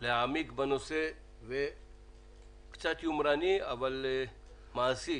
להעמיק בנושא וקצת ביומרנות, אבל באופן מעשי